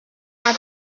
pas